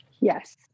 yes